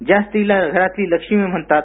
ज्या स्त्रीला घरातली लक्ष्मी म्हणतात